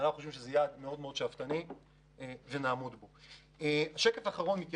אבל אנחנו חושבים שזה יעד מאוד שאפתי ואנחנו נעמוד בו.